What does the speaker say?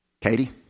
Katie